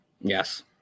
Yes